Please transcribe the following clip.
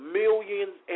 millions